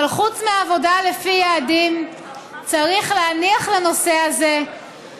אבל חוץ מעבודה לפי יעדים צריך להניח לנושא הזה.